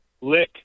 Lick